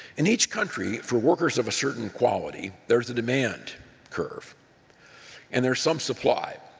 in each country, for workers of a certain quality, there's a demand curve and there's some supply,